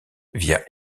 via